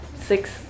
six